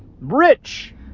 rich